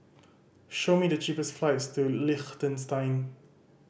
show me the cheapest flights to Liechtenstein